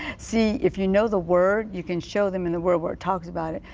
see if you know the word. you can show them and the word where it talks about it.